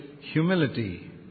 humility